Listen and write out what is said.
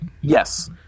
yes